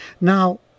Now